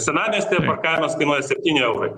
senamiestyje parkavimas kainuoja septyni eurai